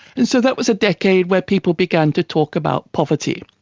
and so that was a decade where people began to talk about poverty,